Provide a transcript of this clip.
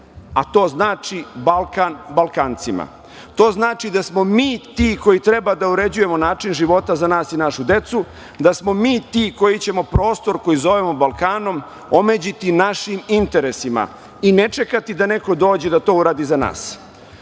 a to znači Balkan Balkancima. To znači da smo mi ti koji treba da uređujemo način života za nas i našu decu, da smo mi ti koji ćemo prostor koji zovemo Balkanom omeđijati našim interesima i ne čekati da neko dođe da to uradi za nas. Sve